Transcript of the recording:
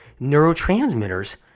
Neurotransmitters